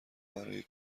برای